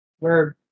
Verb